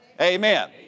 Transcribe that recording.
amen